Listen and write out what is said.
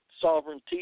sovereignty